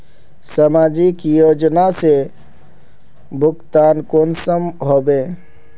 समाजिक योजना से भुगतान कुंसम होबे?